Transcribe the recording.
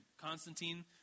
Constantine